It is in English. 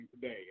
today